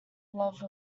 love